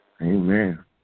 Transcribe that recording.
Amen